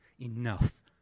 enough